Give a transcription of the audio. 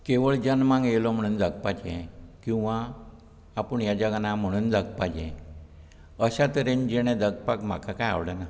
केवळ जन्माक येलो म्हुणून जगपाचें किंवां आपूण ह्या जगान ना म्हुणून जगपाचें अश्या तरेन जिणें जगपाक म्हाका कांय आवडना